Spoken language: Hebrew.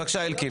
בבקשה, אלקין.